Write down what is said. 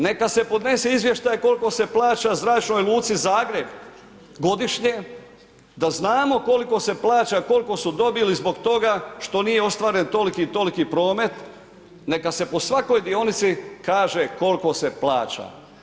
Neka se podnese izvještaj koliko se plaća Zračnoj luci Zagreb godišnje da znamo koliko se plaća, koliko su dobili zbog toga što nije ostvaren toliki i toliki promet, neka se po svakoj dionici kaže koliko se plaća.